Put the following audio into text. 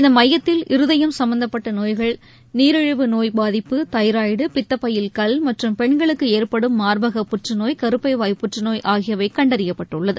இந்த மையத்தில் இருதயம் சும்பந்தப்பட்ட நோய்கள் நீரிழிவு நோய் பாதிப்பு தைராய்டு பித்தப்பையில் மற்றும் பெண்களுக்கு ஏற்படும் மார்பக புற்றுநோய் கருப்பைவாய் புற்றுநோய் ஆகியவை கல் கண்டறியப்பட்டுள்ளது